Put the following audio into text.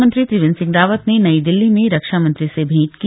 मुख्यमंत्री त्रिवेन्द्र सिंह रावत ने नई दिल्ली में रक्षा मंत्री से भेंट की